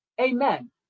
Amen